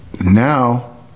now